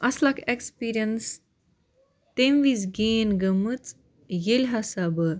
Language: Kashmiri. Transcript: اصٕل اَکھ ایٚکٕسپیٖریَنٕس تَمہِ وِزِۍ گین گٔمٕژ ییٚلہِ ہسا بہٕ